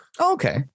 Okay